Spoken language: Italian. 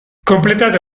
completata